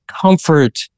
comfort